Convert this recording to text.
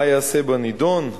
2. מה ייעשה בנדון?